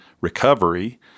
recovery